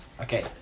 Okay